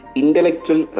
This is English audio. intellectual